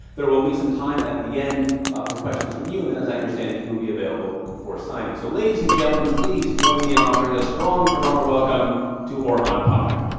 there will be some time at the end for questions from you, and then as i understand it, he will be available for signings. so ladies and gentlemen, please join me in offering a strong toronto welcome to orhan pamuk.